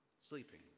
sleeping